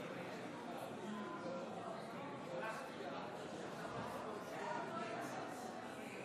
שהצעת ועדת הכנסת התקבלה.